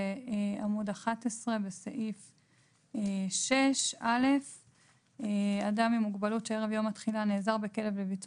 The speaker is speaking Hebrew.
בעמוד 11 בסעיף 6(א): (א) אדם עם מוגבלות שערב יום התחילה נעזר בכלב לביצוע